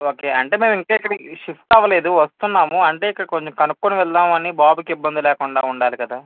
okay అంటే మేము ఇంకా ఇక్కడికి షిఫ్ట్ అవ్వలేదు వస్తున్నాము అంటే ఇక్కడ కొంచెం కనుక్కుని వెళ్దామని బాబుకి ఇబ్బంది లేకుండా ఉండాలి కదా